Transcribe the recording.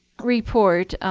report,